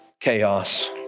chaos